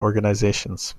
organisations